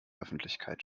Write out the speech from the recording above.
öffentlichkeit